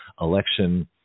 election